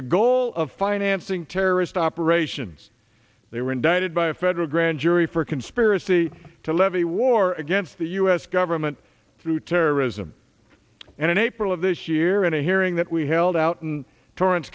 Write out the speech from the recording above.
the goal of financing terrorist operations they were indicted by a federal grand jury for conspiracy to levy war against the u s government through terrorism and in april of this year and a hearing that we held out in torrance